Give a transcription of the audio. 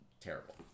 terrible